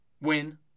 win